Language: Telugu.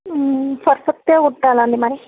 పర్ఫెక్ట్గా కుట్టాలండి మరి